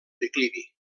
declivi